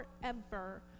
forever